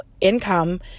income